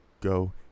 go